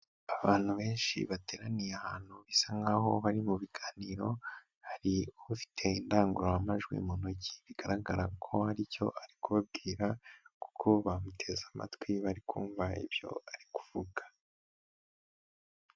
Abantu benshi bateraniye ahantu bisa nkaho bari mu biganiro, hari ufite indangururamajwi mu ntoki bigaragara ko hari icyo ari kubabwira kuko bamuteze amatwi bari kumva ibyo ari kuvuga.